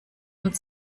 und